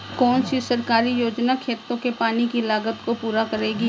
कौन सी सरकारी योजना खेतों के पानी की लागत को पूरा करेगी?